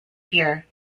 here